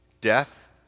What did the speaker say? death